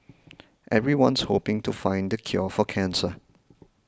everyone's hoping to find the cure for cancer